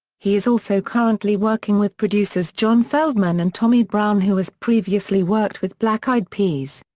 he is also currently working with producers john feldman and tommy brown who has previously worked with black eyed peas.